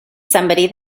somebody